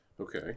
Okay